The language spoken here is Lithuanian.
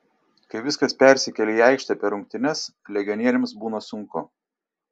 kai viskas persikelia į aikštę per rungtynes legionieriams būna sunku